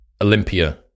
Olympia